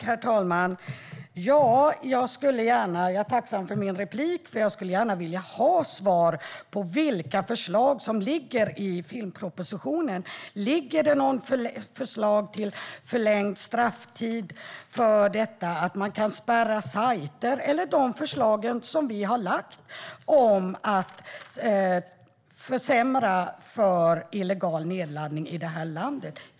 Herr talman! Jag är tacksam för mitt andra inlägg, för jag skulle gärna vilja ha svar på vilka förslag som ligger i filmpropositionen. Finns det några förslag om förlängd strafftid för detta, att man kan spärra sajter eller de förslag som vi har lagt fram om att försämra för illegal nedladdning i detta land?